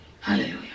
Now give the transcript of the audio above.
Hallelujah